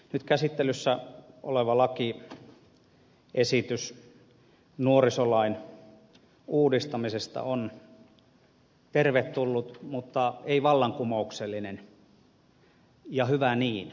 nyt käsittelyssä oleva lakiesitys nuorisolain uudistamisesta on tervetullut mutta ei vallankumouksellinen ja hyvä niin